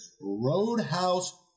Roadhouse